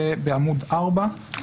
זה בעמוד 4,